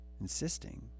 insisting